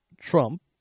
Trump